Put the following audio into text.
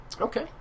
okay